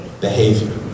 behavior